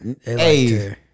Hey